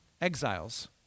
exiles